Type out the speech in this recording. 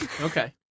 Okay